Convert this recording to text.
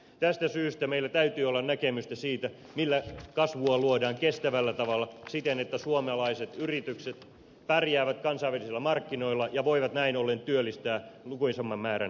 tästä syystä meillä täytyy olla näkemystä siitä millä kasvua luodaan kestävällä tavalla siten että suomalaiset yritykset pärjäävät kansainvälisillä markkinoilla ja voivat näin ollen työllistää lukuisamman määrän suomalaisia